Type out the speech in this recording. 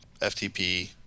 FTP